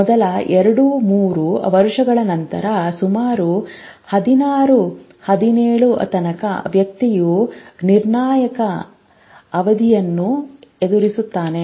ಮೊದಲ ಎರಡು ಮೂರು ವರ್ಷಗಳ ನಂತರ ಸುಮಾರು ಹದಿನಾರು ಹದಿನೇಳು ತನಕ ವ್ಯಕ್ತಿಯು ನಿರ್ಣಾಯಕ ಅವಧಿಯನ್ನು ಎದುರಿಸುತ್ತಾನೆ